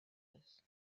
surface